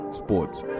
sports